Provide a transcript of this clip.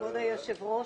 נתחיל לפי הסדר.